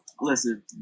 Listen